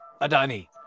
Adani